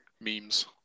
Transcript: Memes